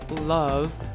love